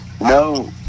No